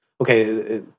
Okay